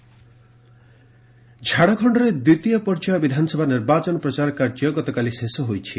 Jharkhand polls ଝାଡ଼ଖଣ୍ଡରେ ଦ୍ୱିତୀୟ ପର୍ଯ୍ୟାୟ ବିଧାନସଭା ନିର୍ବାଚନ ପ୍ରଚାର କାର୍ଯ୍ୟ ଗତକାଲି ଶେଷ ହୋଇଛି